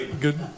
good